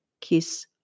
Kiss